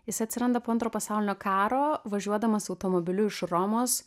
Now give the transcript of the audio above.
jis atsiranda po antro pasaulinio karo važiuodamas automobiliu iš romos